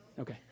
Okay